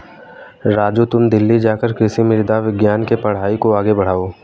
राजू तुम दिल्ली जाकर कृषि मृदा विज्ञान के पढ़ाई को आगे बढ़ाओ